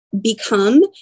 become